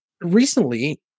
recently